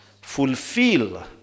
fulfill